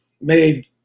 made